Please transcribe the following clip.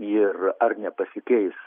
ir ar nepasikeis